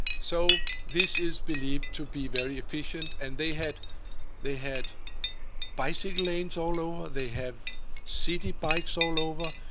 so this is believed to be very efficient. and they had they had bicycle lanes all over. they have city bikes all over.